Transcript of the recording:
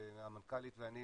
המנכ"לית ואני,